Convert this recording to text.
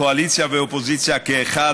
קואליציה ואופוזיציה כאחד,